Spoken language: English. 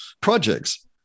projects